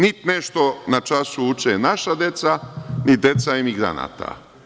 Niti nešto na času uče naša deca, ni deca emigranata.